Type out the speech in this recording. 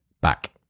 back